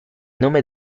nome